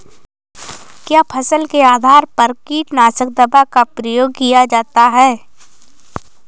क्या फसल के आधार पर कीटनाशक दवा का प्रयोग किया जाता है?